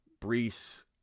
Brees